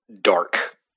dark